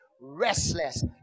restless